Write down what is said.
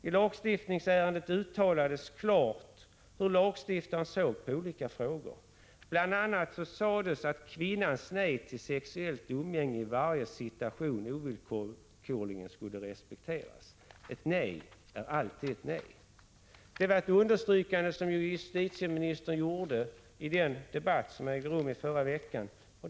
I lagstiftningsärendet uttalades klart hur lagstiftaren såg på olika frågor. Bl.a. sades att kvinnans nej till sexuellt umgänge i varje situation ovillkorligen skulle respekteras. Ett nej är alltid ett nej. Det var ett understrykande som justitieministern gjorde i den debatt som ägde rum i förra veckan.